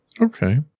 Okay